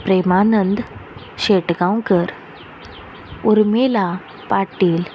Premanand Shetgaonkar Urmila Patil